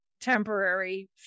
temporary